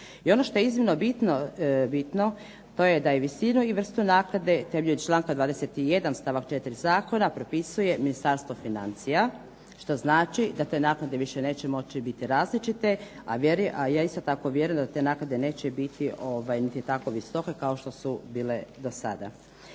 I ono što je iznimno bitno, to je da je visinu i vrstu naknade na temelju članka 21. stavak 4. zakona propisuje Ministarstvo financija što znači da te naknade više neće biti moći biti različite, a ja isto tako vjerujem da te naknade neće biti niti tako visoke kao što su bile do sada.